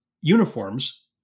uniforms